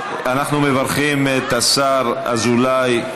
אנחנו מברכים את השר אזולאי.